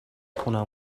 خونه